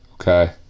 Okay